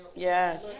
Yes